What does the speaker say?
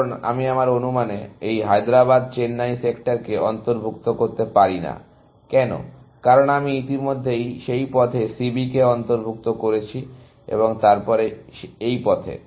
কারণ আমি আমার অনুমানে এই হায়দ্রাবাদ চেন্নাই সেক্টরকে অন্তর্ভুক্ত করতে পারি না কেন কারণ আমি ইতিমধ্যেই সেই পথে C B কে অন্তর্ভুক্ত করেছি এবং তারপরে এই পথে